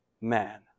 man